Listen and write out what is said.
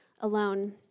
alone